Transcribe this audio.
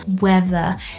weather